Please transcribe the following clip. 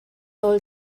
all